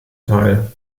teil